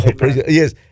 yes